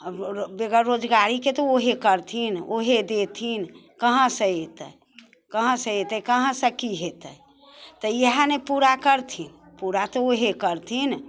आओर बेगर रोजगारीके तऽ ओहे करथिन ओहे देथिन कहाँसँ एतै कहाँसँ एतै कहाँसँ की हेतै तऽ इहेने पूरा करथिन पूरा तऽ उहे करथिन